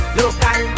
local